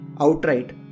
Outright